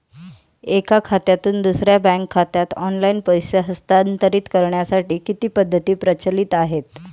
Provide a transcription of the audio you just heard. एका खात्यातून दुसऱ्या बँक खात्यात ऑनलाइन पैसे हस्तांतरित करण्यासाठी किती पद्धती प्रचलित आहेत?